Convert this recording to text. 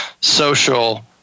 social